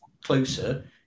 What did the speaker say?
closer